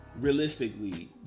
realistically